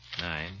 nine